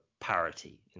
parity